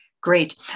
Great